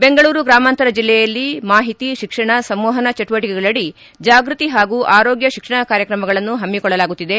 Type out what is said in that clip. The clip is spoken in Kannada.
ಬೆಂಗಳೂರು ಗ್ರಾಮಾಂತರ ಜಿಲ್ಲೆಯಲ್ಲಿ ಮಾಹಿತಿ ಶಿಕ್ಷಣ ಸಂವಹನ ಚಟುವಟಿಕೆಗಳಡಿ ಜಾಗೃತಿ ಹಾಗೂ ಆರೋಗ್ಯ ಶಿಕ್ಷಣ ಕಾರ್ಯಕ್ರಮಗಳನ್ನು ಹಮ್ನಿಕೊಳ್ಳಲಾಗುತ್ತಿದೆ